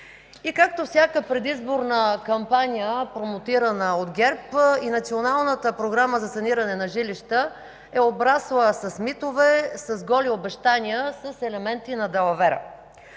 И както всяка предизборна кампания, промотирана от ГЕРБ, и Националната програма за саниране на жилища е обрасла с митове, с голи обещания, с елементи на далавера.